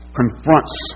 confronts